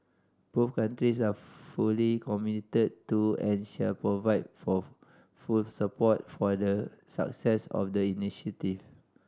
both countries are fully committed to and shall provide for full support for the success of the initiative